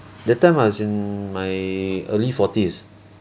that time I was in my early forties